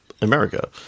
America